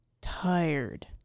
tired